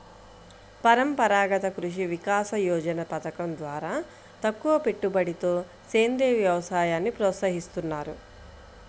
పరంపరాగత కృషి వికాస యోజన పథకం ద్వారా తక్కువపెట్టుబడితో సేంద్రీయ వ్యవసాయాన్ని ప్రోత్సహిస్తున్నారు